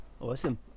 awesome